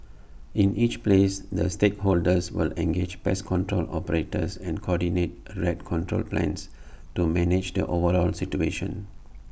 in each place the stakeholders will engage pest control operators and coordinate rat control plans to manage the overall situation